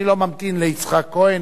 אני לא ממתין ליצחק כהן,